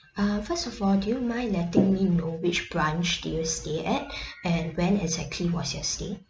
uh first of all do you mind letting me know which branch did you stay at and when exactly was your stay